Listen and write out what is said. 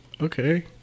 okay